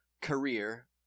career